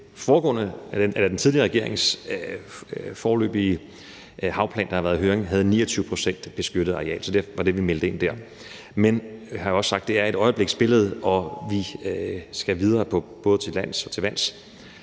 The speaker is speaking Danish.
den tidligere regerings foreløbige havplan, der har været i høring, havde 29 pct. beskyttet areal. Så det var det, vi meldte ind der. Men jeg har også sagt, at det er et øjebliksbillede, og vi skal videre både til lands og til vands.